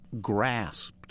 grasped